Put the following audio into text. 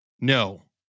no